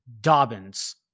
Dobbins